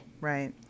Right